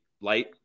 light